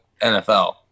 nfl